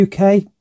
UK